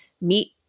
meet